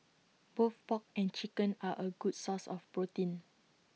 both pork and chicken are A good source of protein